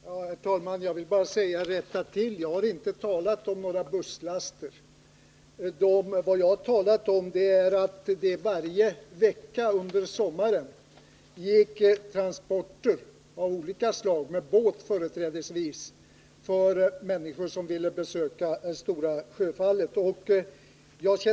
Herr talman! Jag vill bara säga att jag inte har talat om några busslaster, utan vad jag har sagt är att det varje vecka under sommaren gick transporter av olika slag — med båt företrädesvis — med människor som ville besöka Stora Sjöfallet.